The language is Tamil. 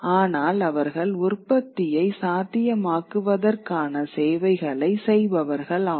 ஆனால் அவர்கள் உற்பத்தியை சாத்தியமாக்குவதற்கான சேவைகளை செய்பவர்கள் ஆவர்